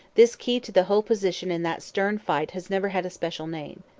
this key to the whole position in that stern fight has never had a special name.